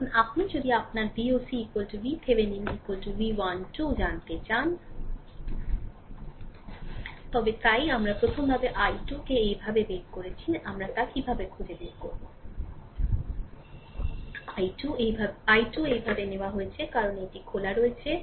এখন আপনি যদি আপনার VOC VThevenin v 1 2 জানতে চান তবে তাই আমরা প্রথমভাবে i2 কে এইভাবে বের করেছি তা আমরা কীভাবে খুঁজে বের করব i 2 এইভাবে নেওয়া হয়েছে কারণ এটি খোলা রয়েছে